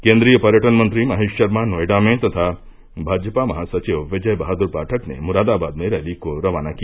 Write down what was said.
केन्द्रीय पर्यटन मंत्री महेश शर्मा नोएडा में तथा भाजपा महासचिव विजय बहादुर पाठक ने मुरादाबाद में रैली को रवाना किया